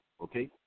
okay